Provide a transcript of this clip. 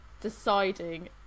deciding